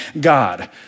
God